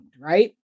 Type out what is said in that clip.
right